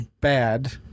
bad